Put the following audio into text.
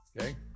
Okay